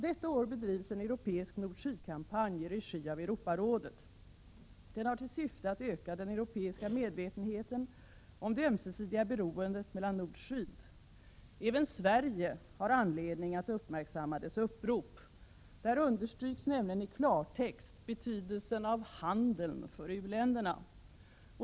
Detta år bedrivs en europeisk nord-syd-kampanj i regi av Europarådet. Den har till syfte att öka den europeiska medvetenheten om det ömsesidiga beroendet mellan nord och syd. Även Sverige har anledning att uppmärksamma dess upprop. Där understryks nämligen i klartext betydelsen av handeln för u-länderna.